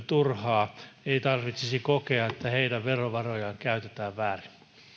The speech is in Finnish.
turhaa ei tarvitsisi kokea että heidän verovarojaan käytetään väärin